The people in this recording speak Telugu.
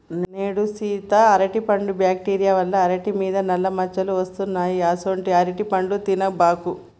నేడు సీత అరటిపండ్లు బ్యాక్టీరియా వల్ల అరిటి మీద నల్ల మచ్చలు వస్తున్నాయి అసొంటీ అరటిపండ్లు తినబాకు